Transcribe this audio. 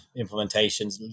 implementations